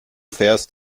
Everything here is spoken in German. fährst